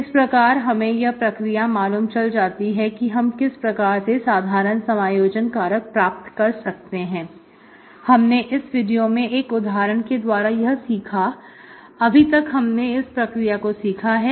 इस प्रकार हमें यह प्रक्रिया मालूम चल जाती है कि हम किस प्रकार से साधारण समायोजन कारक प्राप्त कर सकते हैं हमने इस वीडियो में एक उदाहरण के द्वारा यह सिखा अभी तक हमने इस प्रक्रिया को सीखा है